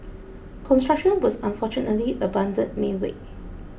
construction was unfortunately abandoned midway